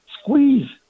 squeeze